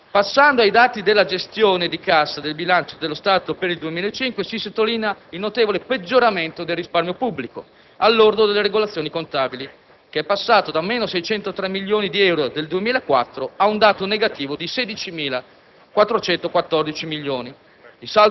Passando ai dati della gestione di cassa del bilancio dello Stato per il 2005, si sottolinea il notevole peggioramento del risparmio pubblico al lordo delle regolazioni contabili, che è passato dai meno 603 milioni di euro del 2004 a un dato negativo di 16.414 milioni.